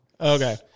Okay